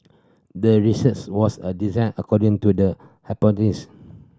the research was a design according to the hypothesis